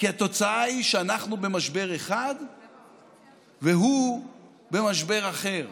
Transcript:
כי התוצאה היא שאנחנו במשבר אחד והוא במשבר אחר.